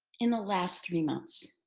in the last three months.